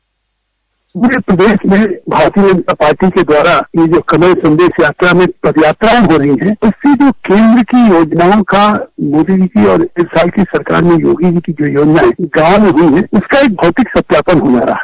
bite पूरे प्रदेश में भारतीय जनता पार्टी के द्वारा ये जो कमल संदेश यात्रा में पदयात्राये हो रही हैं उससे जो केन्द्र की योजनाओं का मोदी जी की और एक साल की सरकार में योगी जी की जो योजनायें गाँव में हुई हैं उसका एक भौतिक सत्यापन होने जा रहा है